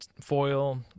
foil